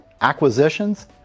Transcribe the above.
acquisitions